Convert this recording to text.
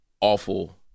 awful